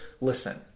Listen